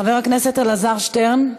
חבר הכנסת אלעזר שטרן,